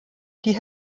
die